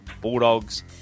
Bulldogs